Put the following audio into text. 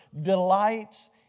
delights